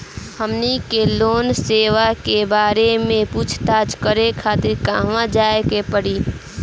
हमनी के लोन सेबा के बारे में पूछताछ करे खातिर कहवा जाए के पड़ी?